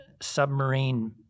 submarine